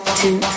two